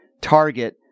target